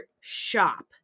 shop